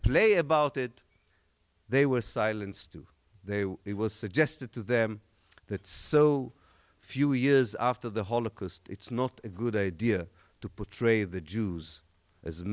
play about it they were silenced there it was suggested to them that so few years after the holocaust it's not a good idea to portray the jews as